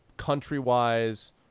country-wise